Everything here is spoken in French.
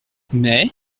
mais